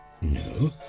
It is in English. No